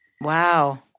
Wow